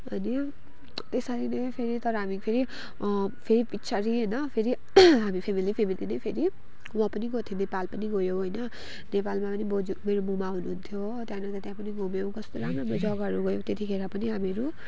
अनि त्यसरी नै फेरि तर हामी फेरि फेरि पछाडी होइन फेरि हामी फेमेली फेमेली नै फेरि वहाँ पनि गएको थियौँ नेपाल पनि गयो होइन नेपालमा पनि बोजु मेरो मुमा हुनुहुन्थ्यो त्यहाँ अन्त त्यहाँ पनि घुम्यौँ कस्तो राम्रो जग्गाहरू गयौँ त्यतिखेर पनि हामीहरू